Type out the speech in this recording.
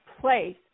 place